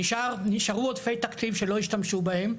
נשארו עודפי תקציב שלא השתמשו בהם,